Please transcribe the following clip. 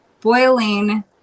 boiling